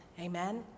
Amen